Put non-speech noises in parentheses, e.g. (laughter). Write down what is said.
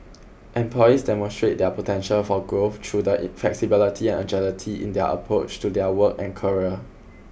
employees demonstrate their potential for growth through the (unintelligible) flexibility and agility in their approach to their work and career